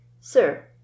sir